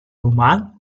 humà